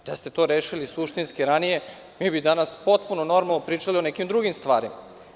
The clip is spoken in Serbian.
Da ste to rešili suštinski ranije, mi bi danas potpuno normalno pričali o nekim drugim stvarima.